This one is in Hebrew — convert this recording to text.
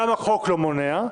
גם החוק לא מונע,